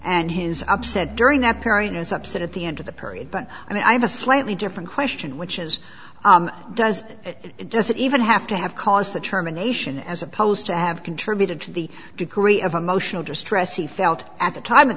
and his upset during that period was upset at the end of the period but i have a slightly different question which is does it does it even have to have caused the terminations as opposed to have contributed to the degree of emotional distress he felt at the time